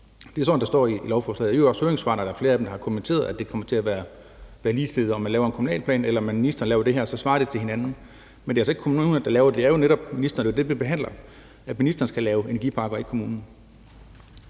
Det er sådan, der står i lovforslaget. I øvrigt er der også flere, der i høringssvarene har kommenteret, at det kommer til at være ligestillet. Om man laver en kommunalplan, eller om det er ministeren, der laver det, så svarer de til hinanden. Men det er altså ikke kommunerne, der laver det; det er jo netop ministeren. Og det er jo det, vi behandler, altså at ministeren skal lave energiparker og ikke kommunen.